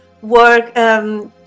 work